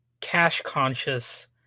cash-conscious